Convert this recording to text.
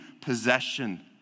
possession